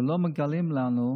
אבל לא מגלים לנו,